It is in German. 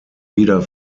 wieder